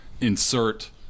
insert